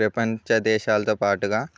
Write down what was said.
ప్రపంచ దేశాలతో పాటుగా